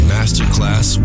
Masterclass